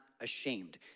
ashamed